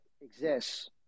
exists